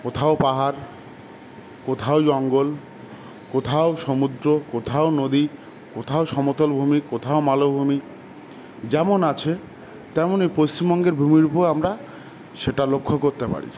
কোথাও পাহাড় কোথাও জঙ্গল কোথাও সমুদ্র কোথাও নদী কোথাও সমতলভূমি কোথাও মালভূমি যেমন আছে তেমন এই পশ্চিমবঙ্গের ভূমিরুপও আমরা সেটা লক্ষ্য করতে পারি